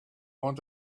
want